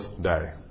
day